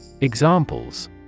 Examples